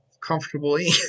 comfortably